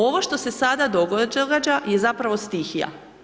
Ovo što se sada događa je zapravo stihija.